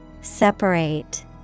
Separate